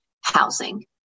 housing